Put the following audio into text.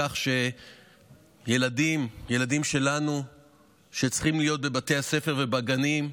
ילדים שלנו שצריכים להיות בבתי הספר ובגנים,